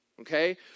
Okay